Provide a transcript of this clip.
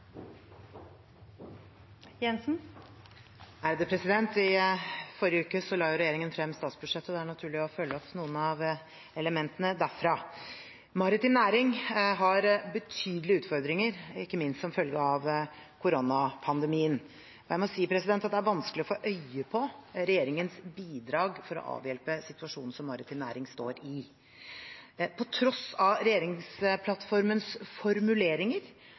I forrige uke la jo regjeringen frem statsbudsjettet, og det er naturlig å følge opp noen av elementene derfra. Maritim næring har betydelige utfordringer, ikke minst som følge av koronapandemien, og jeg må si at det er vanskelig å få øye på regjeringens bidrag for å avhjelpe situasjonen som maritim næring står i. På tross av regjeringsplattformens formuleringer,